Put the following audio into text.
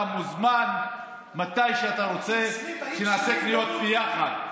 אתה מוזמן מתי שאתה רוצה, נעשה קניות ביחד.